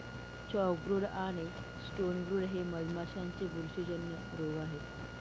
chalkbrood आणि stonebrood हे मधमाशांचे बुरशीजन्य रोग आहेत